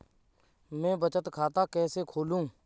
मैं बचत खाता कैसे खोलूं?